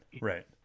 right